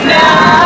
now